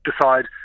decide